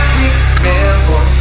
remember